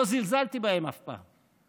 לא זלזלתי בהם אף פעם.